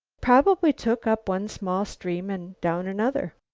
probably took up one small stream and down another.